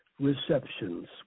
receptions